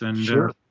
Sure